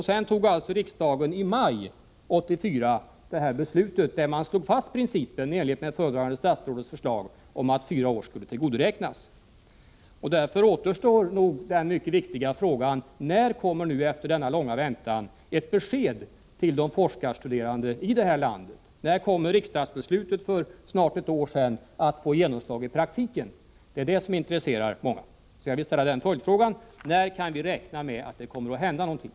I maj 1984 fattade riksdagen det beslut i vilket man i enlighet med det föredragande statsrådets förslag slog fast principen om att fyra år skulle få tillgodoräknas. Därför kvarstår den mycket viktiga frågan: När kommer, efter denna långa väntan, ett besked till de forskarstuderande i landet? När kommer riksdagsbeslutet för snart ett år sedan att få genomslag i praktiken? Det är detta som intresserar många. Jag vill alltså ställa följdfrågan: När kan vi räkna med att det kommer att hända någonting?